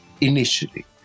Initially